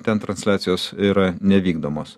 ten transliacijos yra nevykdomos